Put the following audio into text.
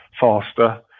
faster